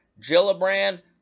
Gillibrand